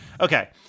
Okay